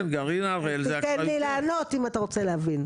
אז תיתן לי לענות אם אתה רוצה להבין,